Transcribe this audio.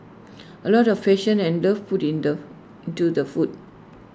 A lot of passion and love put in the into the food